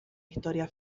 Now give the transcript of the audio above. historia